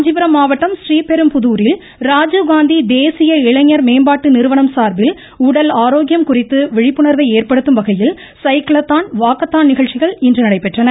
காஞ்சிபுரம் மாவட்டம் ரீபெரும்புதூாில் ராஜீவ்காந்தி தேசிய இளைஞர் மேம்பாட்டு நிறுவனம் சார்பில் உடல் ஆரோக்கியம் குறித்து விழிப்புணர்வை ஏற்படுத்தும் வகையில் சைக்கிளத்தான் வாக்காத்தான் நிகழ்ச்சிகள் இன்று நடைபெற்றன